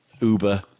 Uber